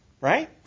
Right